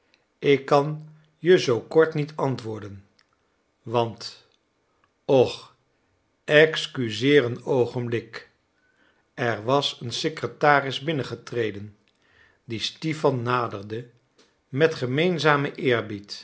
ik kan je zoo kort niet antwoorden want och excuseer een oogenblik er was een secretaris binnengetreden die stipan naderde met